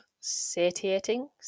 satiating